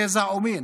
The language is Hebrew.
גזע ומין,